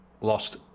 lost